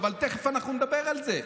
אבל תכף אנחנו נדבר על זה,